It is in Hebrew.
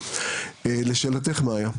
לשאלתך מאיה.